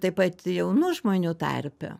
taip pat jaunų žmonių tarpe